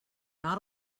not